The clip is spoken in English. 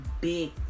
big